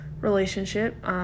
relationship